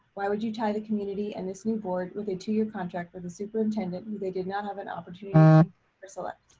why would you tie the community and this new board with a two year contract with a superintendent who they did not have an opportunity yeah to select.